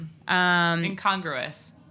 Incongruous